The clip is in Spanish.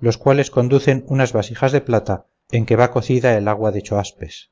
los cuales conducen unas vasijas de plata en que va cocida el agua de choaspes